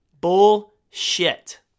Bullshit